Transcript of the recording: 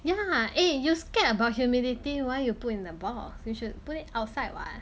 ya eh you scared about humidity why you put in the box you should put it outside what